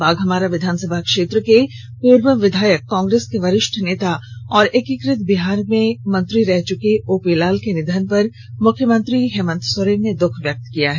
बाघमारा विधानसभा क्षेत्र के पूर्व विधायक कांग्रेस के वरिष्ठ नेता और एकीकृत बिहार में मंत्री रह चुके ओपी लाला के निधन पर मुख्यमंत्री हेमन्त सोरेन ने दःख व्यक्त किया है